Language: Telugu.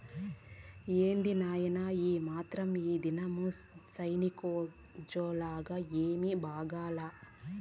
ఏంది నాయినా ఈ ఆత్రం, ఈదినం సైనికోజ్జోగాలు ఏమీ బాగాలా